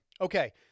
okay